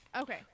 Okay